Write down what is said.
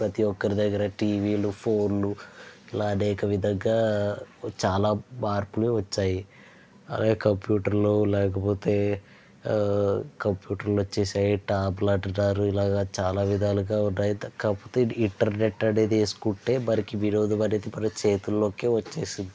ప్రతి ఒక్కరి దగ్గర టివీలు ఫోన్లు ఇలా అనేక విధంగా చాలా మార్పులు వచ్చాయి అదే కంప్యూటర్లో లేకపోతే ఆ కంప్యూటర్లో చేసే ట్యాబ్ లాంటివి అంటున్నారు ఇలా చాలా విధాలుగా ఉన్నాయి కాకపోతే ఇంటర్నెట్ అనేది వేసుకుంటే మనకి వినోదం అనేది మన చేతులో వచ్చేసింది